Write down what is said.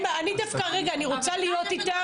אני דווקא רוצה להיות איתה.